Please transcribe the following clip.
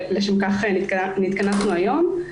שלשם כך נתכנסנו היום,